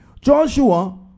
Joshua